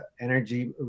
Energy